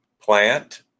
plant